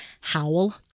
Howl